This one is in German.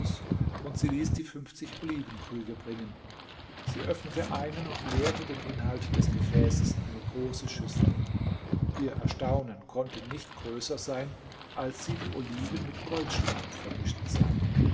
und sie ließ die fünfzig olivenkrüge bringen sie öffnete einen und leerte den inhalt des gefäßes in eine große schüssel ihr erstaunen konnte nicht größer sein als sie die oliven mit goldstaub vermischt sah